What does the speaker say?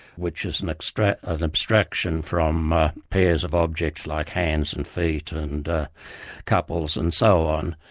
which is an extraction an extraction from pairs of objects like hands and feet, and couples and so on.